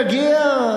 נגיע,